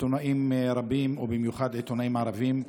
עיתונאים רבים, ובמיוחד עיתונאים ערבים,